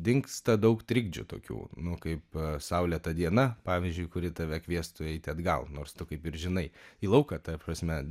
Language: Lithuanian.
dingsta daug trikdžių tokių nu kaip saulėta diena pavyzdžiui kuri tave kviestų eiti atgal nors tu kaip ir žinai į lauką ta prasme